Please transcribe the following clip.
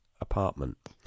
apartment